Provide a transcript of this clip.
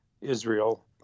Israel